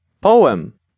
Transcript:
Poem